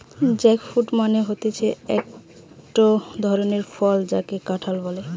jackfruit মানে হতিছে একটো ধরণের ফল যাকে কাঁঠাল বলে